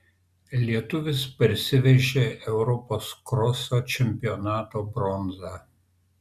lietuvis parsivežė europos kroso čempionato bronzą